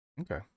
Okay